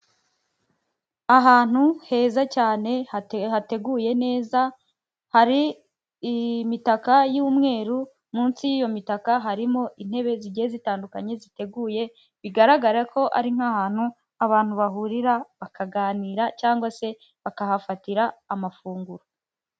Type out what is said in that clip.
Ahantu heza cyane, hateguye neza, hari imitaka y'umweru munsi y'iyo mitaka harimo intebe zigiye zitandukanye ziteguye, bigaragara ko ari nk'ahantu abantu bahurira bakaganira cyangwa se bakahafatira amafunguro.